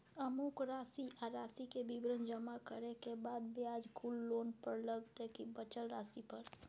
अमुक राशि आ राशि के विवरण जमा करै के बाद ब्याज कुल लोन पर लगतै की बचल राशि पर?